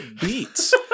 beats